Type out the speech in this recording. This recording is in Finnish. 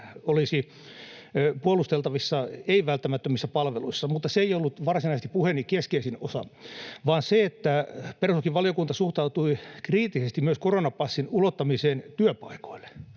olisi puolusteltavissa ei-välttämättömissä palveluissa, mutta se ei ollut varsinaisesti puheeni keskeisin osa, vaan se, että perustuslakivaliokunta suhtautui kriittisesti myös koronapassin ulottamiseen työpaikoille,